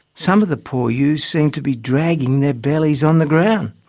some of the poor ewes seemed to be dragging their bellies on the ground.